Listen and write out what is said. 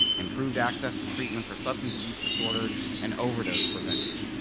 improved access to treatment for substance abuse disorders, and overdose prevention.